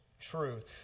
truth